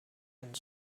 and